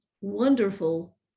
wonderful